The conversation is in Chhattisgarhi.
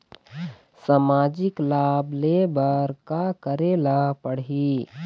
सामाजिक लाभ ले बर का करे ला पड़ही?